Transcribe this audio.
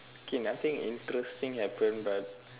okay nothing interesting happen but